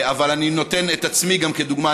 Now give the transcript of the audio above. אבל אני נותן את עצמי כדוגמה,